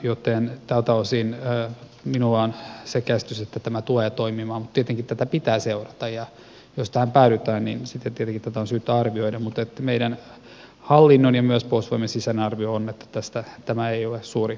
joten tältä osin minulla on se käsitys että tämä tulee toimimaan mutta tietenkin tätä pitää seurata ja jos tähän päädytään niin sitten tietenkin tätä on syytä arvioida mutta meidän hallintomme ja myös puolustusvoimien sisäinen arvio on että tämä ei ole suuri riski